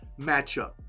matchup